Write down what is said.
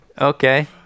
Okay